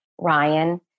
Ryan